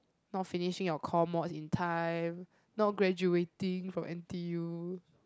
not finishing our core mod in time not graduating for N_T_U